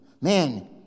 man